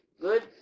Good